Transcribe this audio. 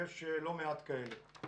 ויש לא מעט כאלה.